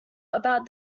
about